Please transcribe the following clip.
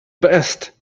best